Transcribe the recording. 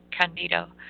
Candido